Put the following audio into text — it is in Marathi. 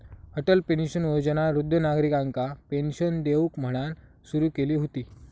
अटल पेंशन योजना वृद्ध नागरिकांका पेंशन देऊक म्हणान सुरू केली हुती